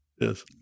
Yes